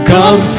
Come